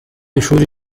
ishuri